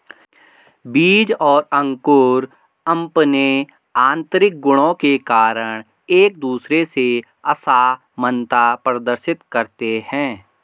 बीज और अंकुर अंपने आतंरिक गुणों के कारण एक दूसरे से असामनता प्रदर्शित करते हैं